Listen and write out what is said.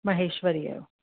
महेश्वरीअ जो